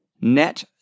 net